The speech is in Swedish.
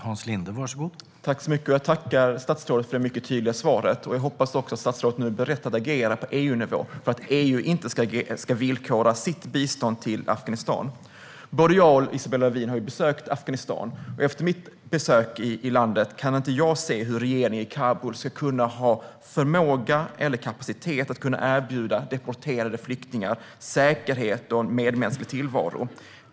Herr talman! Jag tackar statsrådet för det mycket tydliga svaret. Jag hoppas att statsrådet nu är beredd att agera på EU-nivå för att EU inte ska villkora sitt bistånd till Afghanistan. Både jag och Isabella Lövin har besökt Afghanistan. Efter mitt besök i landet kan jag inte se hur regeringen i Kabul ska ha förmåga eller kapacitet att erbjuda deporterade flyktingar säkerhet och en medmänsklig tillvaro.